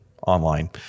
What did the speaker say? online